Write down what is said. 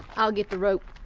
i'll get the rope.